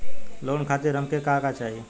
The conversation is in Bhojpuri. लोन खातीर हमके का का चाही?